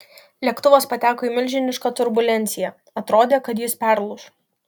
lėktuvas pateko į milžinišką turbulenciją atrodė kad jis perlūš